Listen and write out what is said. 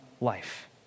life